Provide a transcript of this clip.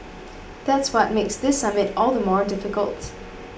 that's what makes this summit all the more difficult